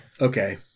Okay